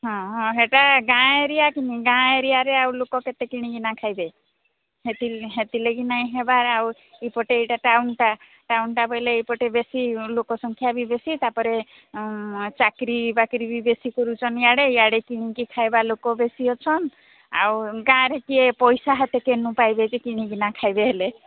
ହଁ ସେଟା ଗାଁ ଏରିଆ ଗାଁ ଏରିଆରେ କ'ଣ ଆଉ ଲୋକ କେତେ କିଣିକିନା ଖାଇବେ ସେଠି ନାଇଁ ହେବା ଏପଟେ ଏଟା ଟାଉନଟା ଟାଉନଟା ବୋଲେ ଏପଟେ ଏଟା ବେଶୀ ଲୋକ ସଂଖ୍ୟା ବି ବେଶୀ ତାପରେ ଚାକିରି ବାକିରି ବି ବେଶୀ କରୁଛନ୍ତି ଆଡ଼େ କିଣିକି ଲୋକ ଖାଇବା ବେଶୀ ଅଛନ୍ତି ଆଉ ଗାଁରେ ଟକିଏ ପଇସା ଟିକେ କେଉଁଠୁ ପାଇବେ ଯେ କିଣିକିନା ଖାଇବେ ହେଲେ